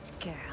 girl